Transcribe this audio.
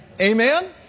Amen